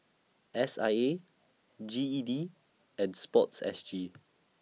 S I A G E D and Sports S G